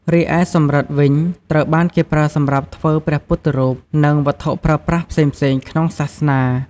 រីឯសំរឹទ្ធិវិញ ត្រូវបានគេប្រើសម្រាប់ធ្វើព្រះពុទ្ធរូប និងវត្ថុប្រើប្រាស់ផ្សេងៗក្នុងសាសនា។